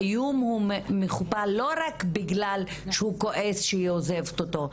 האיום הוא מכופל לא בגלל שהוא כועס שהיא עוזבת אותו,